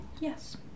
Yes